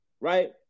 right